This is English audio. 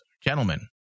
gentlemen